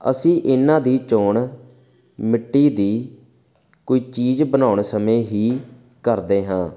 ਅਸੀਂ ਇਹਨਾਂ ਦੀ ਚੋਣ ਮਿੱਟੀ ਦੀ ਕੋਈ ਚੀਜ਼ ਬਣਾਉਣ ਸਮੇਂ ਹੀ ਕਰਦੇ ਹਾਂ